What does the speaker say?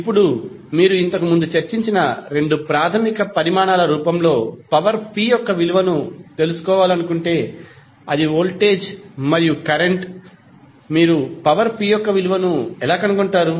ఇప్పుడు మీరు ఇంతకుముందు చర్చించిన రెండు ప్రాథమిక పరిమాణాల రూపంలో పవర్ p యొక్క విలువను తెలుసుకోవాలనుకుంటే అది వోల్టేజ్ మరియు కరెంట్ మీరు పవర్ p యొక్క విలువను ఎలా కనుగొంటారు